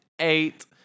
eight